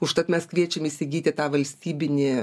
užtat mes kviečiam įsigyti tą valstybinį